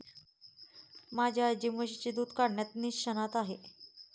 माझी आजी म्हशीचे दूध काढण्यात निष्णात आहे